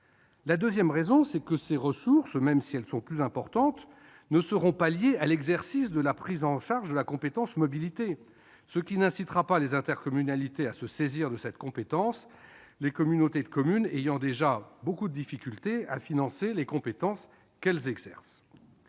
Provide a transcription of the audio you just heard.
La deuxième raison, c'est que ces ressources, quand bien même elles seraient plus importantes, ne seront pas liées à l'exercice de la compétence mobilité, ce qui n'incitera pas les intercommunalités à s'en saisir, les communautés de communes ayant déjà beaucoup de difficultés à financer les compétences qu'elles exercent.